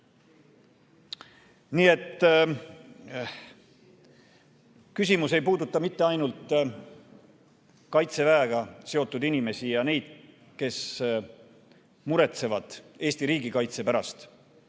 Nii et küsimus ei puuduta mitte ainult Kaitseväega seotud inimesi ja neid, kes muretsevad Eesti riigikaitse pärast.